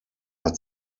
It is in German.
hat